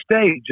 stage